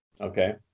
Okay